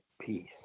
peace